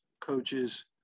coaches